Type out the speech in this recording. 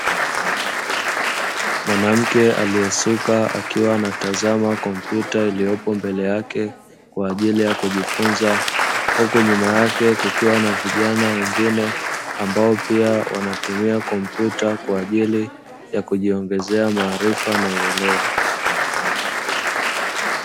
Mwanamke aliyesuka, akiwa anatazama kompyuta iliyopo mbele yake kwa ajili ya kujifunza. Huku nyuma yake kukiwa na vijana wengine, ambao pia wanatumia kompyuta kwa ajili ya kujiongezea maarifa na uelewa.